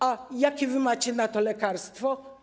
A jakie wy macie na to lekarstwo?